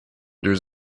deux